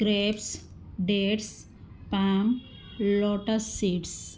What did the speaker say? crepes dates palm lotus seeds